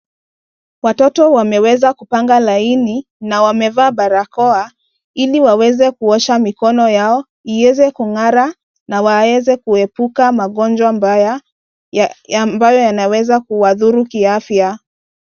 Watoto wameweza kupanga laini na wamevaa barakoa ili waweze kuosha mikono yao iweze kung'ara na waweze kuepuka magonja mbaya ambayo yanaweza kuwadhuru kiafya.